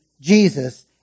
Jesus